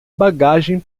bagagem